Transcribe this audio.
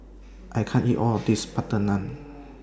I can't eat All of This Butter Naan